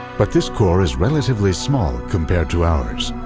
but this core is relatively small compared to ours.